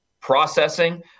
processing